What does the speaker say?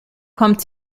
kommt